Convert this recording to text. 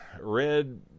red